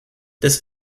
this